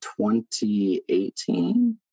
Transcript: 2018